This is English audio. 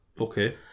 Okay